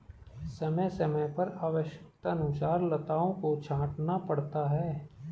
समय समय पर आवश्यकतानुसार लताओं को छांटना पड़ता है